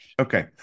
Okay